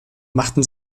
machten